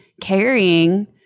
carrying